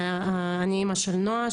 אני אימא של נועה,